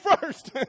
first